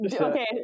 Okay